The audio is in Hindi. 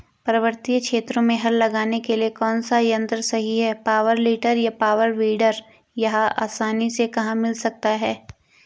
पर्वतीय क्षेत्रों में हल लगाने के लिए कौन सा यन्त्र सही है पावर टिलर या पावर वीडर यह आसानी से कहाँ मिल सकता है?